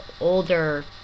older